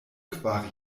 kvar